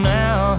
now